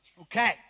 Okay